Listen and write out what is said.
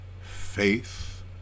faith